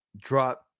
drop